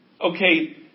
Okay